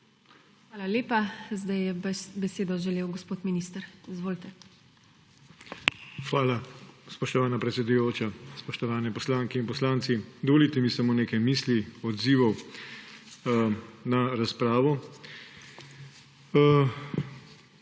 Hvala lepa. Zdaj je besedo želel gospod minister. Izvolite. **DR. JOŽE PODGORŠEK:** Hvala, spoštovana predsedujoča. Spoštovani poslanke in poslanci! Dovolite mi samo nekaj misli, odzivov na razpravo.